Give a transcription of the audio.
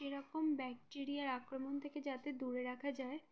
সেরকম ব্যাকটেরিয়ার আক্রমণ থেকে যাতে দূরে রাখা যায়